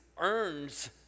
earns